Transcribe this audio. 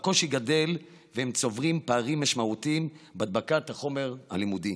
הקושי גדל והם צוברים פערים משמעותיים בהדבקת חומר הלימוד.